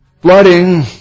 flooding